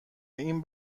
این